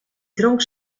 dronk